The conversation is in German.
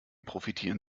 profitieren